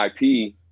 IP